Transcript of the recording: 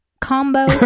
combo